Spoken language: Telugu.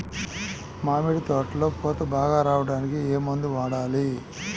మామిడి తోటలో పూత బాగా రావడానికి ఏ మందు వాడాలి?